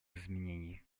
изменений